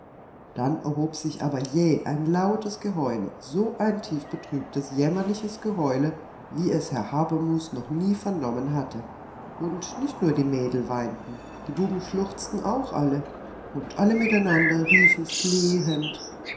dann erhob sich aber jäh ein lautes geheule so ein tiefbetrübtes jämmerliches geheule wie es herr habermus noch nie vernommen hatte und nicht nur die mädel weinten die buben schluchzten auch alle und alle miteinander riefen flehend